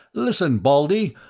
listen, baldy,